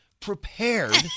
prepared